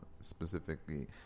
specifically